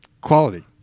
Quality